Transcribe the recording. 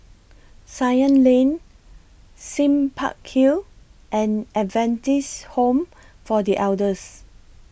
Ceylon Lane Sime Park Hill and Adventist Home For The Elders